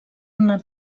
una